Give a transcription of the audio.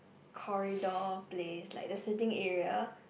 corridor place like the sitting area